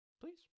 Please